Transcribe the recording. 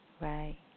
Right